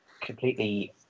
completely